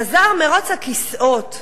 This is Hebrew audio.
חזר מירוץ הכיסאות.